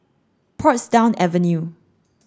Portsdown Avenue